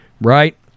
right